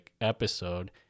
episode